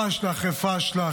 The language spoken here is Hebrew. פשלה אחרי פשלה,